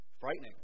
frightening